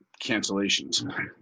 cancellations